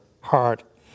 heart